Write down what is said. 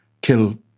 kill